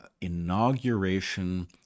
inauguration